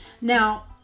Now